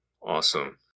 Awesome